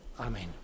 Amen